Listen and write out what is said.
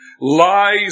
lies